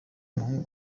umuhungu